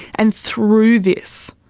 and through this